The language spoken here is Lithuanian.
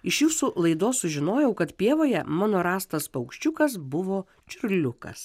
iš jūsų laidos sužinojau kad pievoje mano rastas paukščiukas buvo čiurliukas